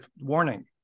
warning